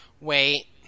Wait